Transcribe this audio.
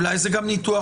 אולי זה גם ניתוח